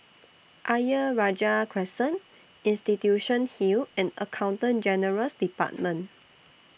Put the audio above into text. Ayer Rajah Crescent Institution Hill and Accountant General's department